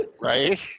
right